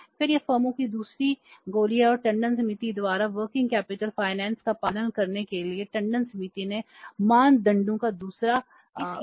फिर यह फर्मों की दूसरी गोली है और टंडन समिति द्वारा वर्किंग कैपिटल फाइनेंस का पालन करने के लिए टंडन समिति के मानदंडों का दूसरा तरीका सुझाया गया है